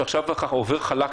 שעכשיו עובר חלק,